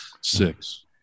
Six